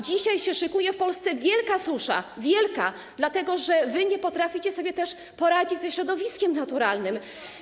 Dzisiaj szykuje się w Polsce wielka susza, wielka, dlatego że nie potraficie sobie też poradzić ze środowiskiem naturalnym.